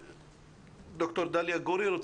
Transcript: דוקטור דליה גורי,